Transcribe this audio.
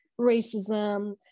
racism